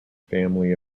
family